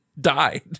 died